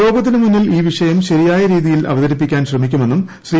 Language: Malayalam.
ലോകത്തിന് മുന്നിൽ ഈ വിഷയം ശരിയായ രീതിയിൽ അവതരിപ്പിക്കാൻ ശ്രമിക്കുമെന്നും ശ്രീ